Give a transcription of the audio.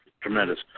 tremendous